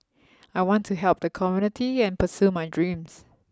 I want to help the community and pursue my dreams